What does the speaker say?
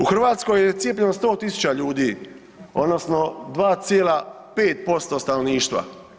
U Hrvatskoj je cijepljeno 100.000 ljudi odnosno 2,5% stanovništva.